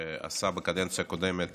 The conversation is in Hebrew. שעשה בקדנציה הקודמת